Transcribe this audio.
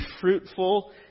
fruitful